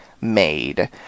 made